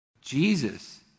Jesus